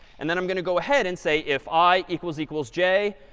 and then i'm going to go ahead and say if i equals equals j,